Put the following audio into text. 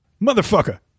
Motherfucker